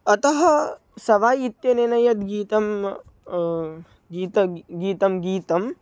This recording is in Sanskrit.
अतः सवाय् इत्यनेन यद् गीतं गीतं गीतं गीतं